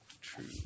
True